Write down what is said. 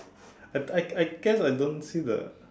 I I I guess I don't feel the